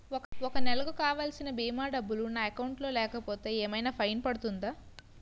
ఒక నెలకు కావాల్సిన భీమా డబ్బులు నా అకౌంట్ లో లేకపోతే ఏమైనా ఫైన్ పడుతుందా?